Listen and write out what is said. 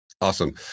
Awesome